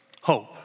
hope